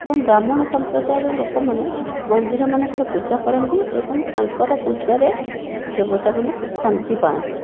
ଏବଂ ବ୍ରାହ୍ମଣ ସମ୍ପ୍ରଦାୟର ଲୋକମାନେ ମନ୍ଦିରମାନଙ୍କରେ ପୂଜା କରନ୍ତି ଏବଂ ତାଙ୍କର ପୂଜାରେ ଦେବତାମାନେ ଶାନ୍ତି ପାଆନ୍ତି